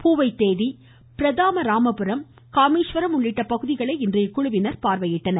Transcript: பூவைத்தேடி பிரதாம ராமபுரம் காமேஸ்வரம் உள்ளிட்ட பகுதிகளை இன்று இக்குழுவினர் பார்வையிட்டனர்